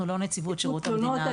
אנחנו לא נציבות שירות המדינה.